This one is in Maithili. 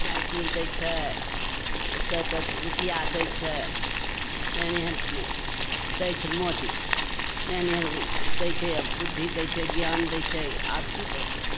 साइकिल दै छै एतेक एतेक रुपैआ दै छै एहन एहन दै छै मोदी एहन एहन दै छै बुद्धि दै छै ज्ञान दै छै आब कि देतै